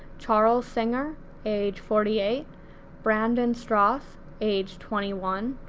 charles singer age forty eight brandon strauss age twenty one,